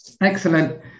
Excellent